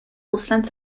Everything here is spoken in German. russland